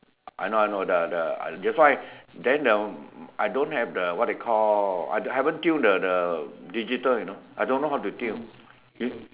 I know I know the the that's why then the I don't have the what they call I haven't tune the the digital you know I don't know how to tune